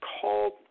called